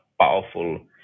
powerful